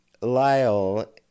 Lyle